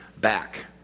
back